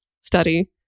study